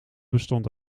bestond